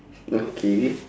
okay